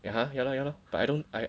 (uh huh) ya lor ya lor but I don't I